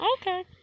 Okay